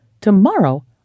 tomorrow